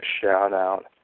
shout-out